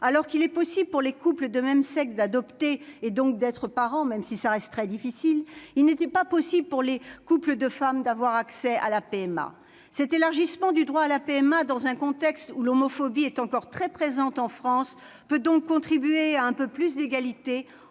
alors qu'il est possible pour les couples de même sexe d'adopter et, donc, d'être parents- cela reste néanmoins très difficile -, il n'était pas possible pour les couples de femmes d'avoir accès à la PMA. Cet élargissement du droit à la PMA, dans un contexte où l'homophobie est encore très présente en France, peut donc contribuer à un peu plus d'égalité,